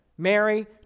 Mary